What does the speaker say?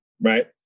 right